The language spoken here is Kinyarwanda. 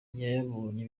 yayabonye